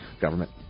government